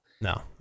No